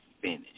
finish